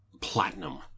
platinum